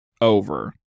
over